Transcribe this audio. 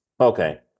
Okay